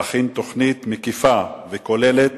להכין תוכנית מקיפה וכוללת